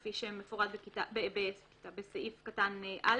כפי שמפורט בסעיף קטן (א),